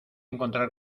encontrar